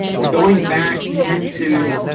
well, going back into,